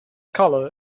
color